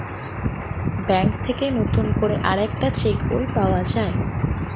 bank থেকে নতুন করে আরেকটা চেক বই পাওয়া যায়